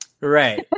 right